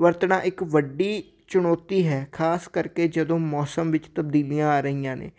ਵਰਤਣਾ ਇੱਕ ਵੱਡੀ ਚੁਣੌਤੀ ਹੈ ਖਾਸ ਕਰਕੇ ਜਦੋਂ ਮੌਸਮ ਵਿੱਚ ਤਬਦੀਲੀਆਂ ਆ ਰਹੀਆਂ ਨੇ